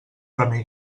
remei